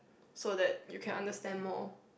so that you can understand more